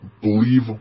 believe